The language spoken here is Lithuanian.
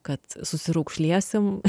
kad susiraukšlėsim